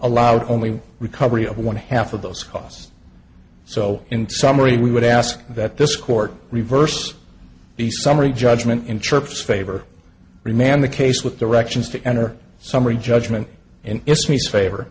allowed only recovery of one half of those costs so in summary we would ask that this court reverse the summary judgment in chirps favor remand the case with the rections to enter summary judgment in its nice favor